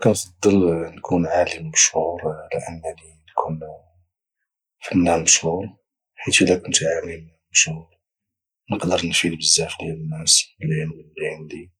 كتفضل نكون عالم مشهور على انني نكون فنان مشهور حيت الى كنت عالم مشهور نقدر نفيد بزاف ديال الناس بالعلم اللي عندي